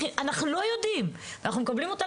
אנחנו לא יודעים ואנחנו מקבלים אותה